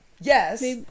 Yes